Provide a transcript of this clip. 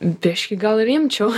biškį gal ir imčiau